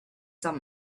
some